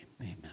amen